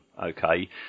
okay